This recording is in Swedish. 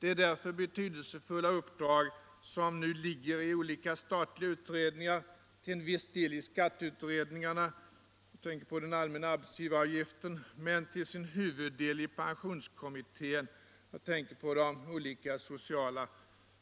Det är därför betydelsefulla uppdrag som nu ligger i olika statliga utredningar, till en viss del i skatteutredningarna — jag tänker på den allmänna arbetsgivaravgiften — men till sin huvuddel i pensionskommittén alltså de olika sociala